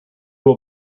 will